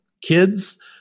Kids